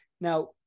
Now